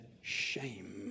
shame